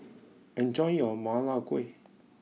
enjoy your Ma Lai Gao